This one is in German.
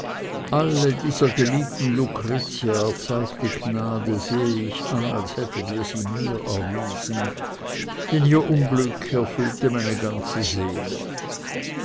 alle dieser geliebten lucretia erzeigte gnade sehe ich an als hättet ihr sie mir erwiesen denn ihr unglück erfüllt meine ganze seele